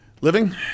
living